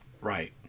Right